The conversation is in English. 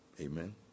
Amen